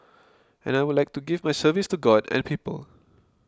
and I would like to give my service to God and people